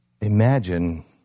Imagine